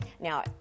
Now